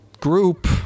Group